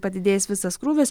padidėjęs visas krūvis